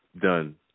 done